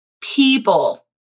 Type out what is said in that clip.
people